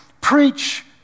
preach